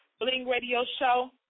BlingRadioShow